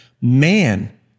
man